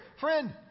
Friend